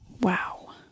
Wow